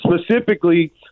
specifically